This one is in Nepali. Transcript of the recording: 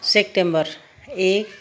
सेप्टेम्बर एक